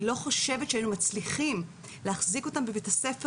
אני לא חושבת שהיינו מצליחים להחזיק אותם בבית הספר